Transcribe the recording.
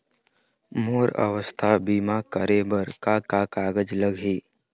मोर स्वस्थ बीमा करे बर का का कागज लगही?